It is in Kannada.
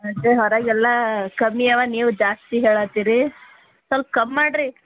ಅದೆ ಹೊರಗೆಲ್ಲ ಕಮ್ಮಿ ಅವೆ ನೀವು ಜಾಸ್ತಿ ಹೇಳತ್ತೀರಿ ಸ್ವಲ್ಪ ಕಮ್ಮಿ ಮಾಡಿರಿ